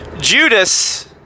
Judas